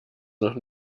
noch